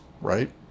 right